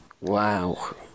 Wow